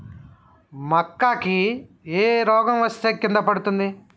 మక్కా కి ఏ రోగం వస్తే కింద పడుతుంది?